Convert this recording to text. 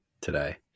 today